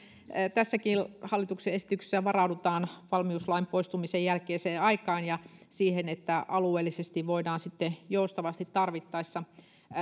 tässäkin hallituksen esityksessä varaudutaan valmiuslain poistumisen jälkeiseen aikaan ja siihen että alueellisesti voidaan sitten joustavasti tarvittaessa